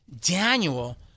Daniel